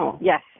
Yes